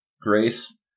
Grace